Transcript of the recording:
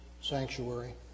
sanctuary